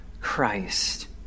Christ